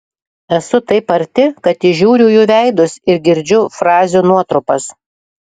esu taip arti kad įžiūriu jų veidus ir girdžiu frazių nuotrupas